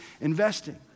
investing